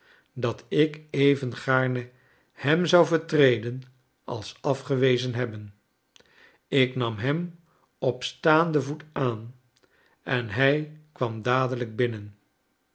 dat ik even gaarne hem zou vertreden als afgewezen hebben ik nam hem op staanden voet aan en hij kwam dadelijk binnen